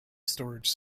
storage